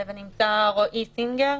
ונמצא רועי סינגר,